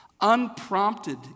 unprompted